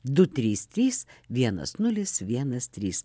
du trys trys vienas nulis vienas trys